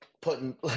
putting